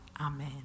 Amen